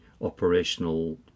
operational